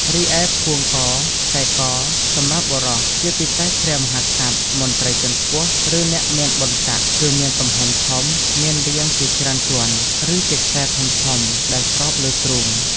រីឯផួងក/ខ្សែកសម្រាប់បុរស ជាពិសេស ព្រះមហាក្សត្រ មន្ត្រីជាន់ខ្ពស់ ឬអ្នកមានបុណ្យស័ក្តិ គឺមានទំហំធំ មានរាងជាច្រើនជាន់ ឬជាខ្សែធំៗ ដែលស្រោបលើទ្រូង។